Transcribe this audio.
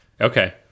Okay